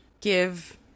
give